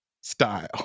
style